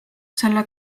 selle